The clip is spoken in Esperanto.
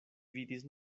vidis